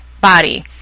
body